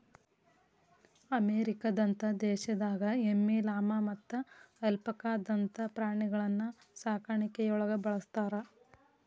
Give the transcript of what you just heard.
ಅಮೇರಿಕದಂತ ದೇಶದಾಗ ಎಮ್ಮಿ, ಲಾಮಾ ಮತ್ತ ಅಲ್ಪಾಕಾದಂತ ಪ್ರಾಣಿಗಳನ್ನ ಸಾಕಾಣಿಕೆಯೊಳಗ ಬಳಸ್ತಾರ